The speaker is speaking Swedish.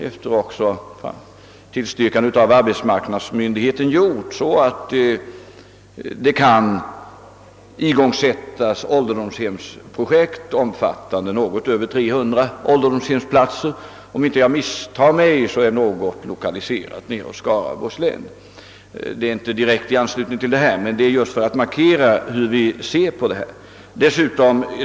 Efter tillstyrkan av arbetsmarknadsmyndigheten har vi också gjort det, och nu kan ålderdomshemsprojekt omfattande något över 300 platser igångsättas. Om jag inte missminner mig, är något sådant projekt lokaliserat till Skaraborgs län. Jag säger inte detta i direkt anslutning till vad vi nu diskuterar utan bara för att markera hur vi ser på dessa problem.